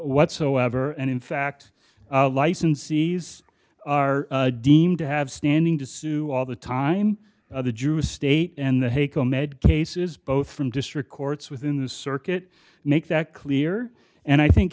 whatsoever and in fact licensees are deemed to have standing to sue all the time the jewish state and the heiko med cases both from district courts within the circuit make that clear and i think